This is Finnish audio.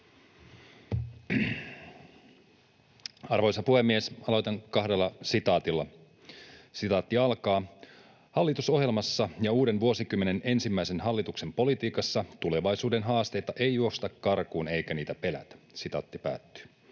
Arvoisa puhemies! Aloitan kahdella sitaatilla: ”Hallitusohjelmassa ja uuden vuosikymmenen ensimmäisen hallituksen politiikassa tulevaisuuden haasteita ei juosta karkuun eikä niitä pelätä.” Toinen sitaatti: